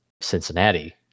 Cincinnati